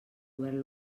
govern